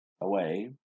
away